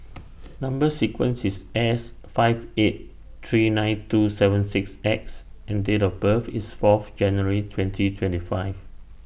Number sequence IS S five eight three nine two seven six X and Date of birth IS Fourth January twenty twenty five